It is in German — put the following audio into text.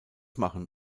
machen